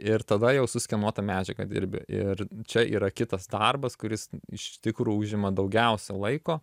ir tada jau su skenuota medžiaga dirbi ir čia yra kitas darbas kuris iš tikrų užima daugiausia laiko